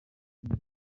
inyuma